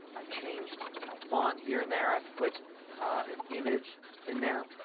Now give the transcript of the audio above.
i've changed a font here and there. i've put an image in there.